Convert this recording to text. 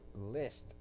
list